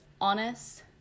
honest